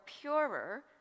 purer